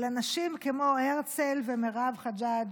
על אנשים כמו הרצל ומירב חג'ג',